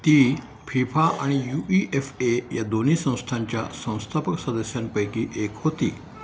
ती फिफा आणि U E F A या दोन्ही संस्थांच्या संस्थापक सदस्यांपैकी एक होती